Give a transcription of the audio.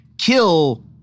kill